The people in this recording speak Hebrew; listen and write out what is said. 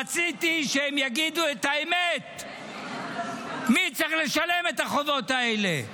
רציתי שהם יגידו את האמת: מי צריך לשלם את החובות האלה?